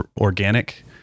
organic